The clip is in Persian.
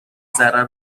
ضرر